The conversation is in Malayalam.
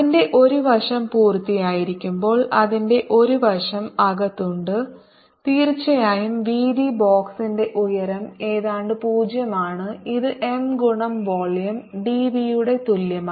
അതിന്റെ ഒരു വശം പുറത്തായിരിക്കുമ്പോൾ അതിന്റെ ഒരു വശം അകത്തുണ്ട് തീർച്ചയായും വീതി ബോക്സിന്റെ ഉയരം ഏതാണ്ട് 0 ആണ് ഇത് M ഗുണം വോളിയം ഡിവി യുടെ തുല്യമായിരിക്കും